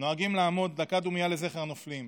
נוהגים לעמוד דקת דומייה לזכר הנופלים.